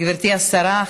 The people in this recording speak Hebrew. גברתי השרה,